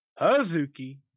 Hazuki